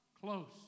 close